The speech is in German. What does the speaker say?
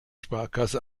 sparkasse